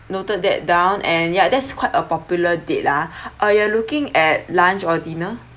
noted that down and ya that's quite a popular date lah uh you are looking at lunch or dinner